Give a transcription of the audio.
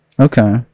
Okay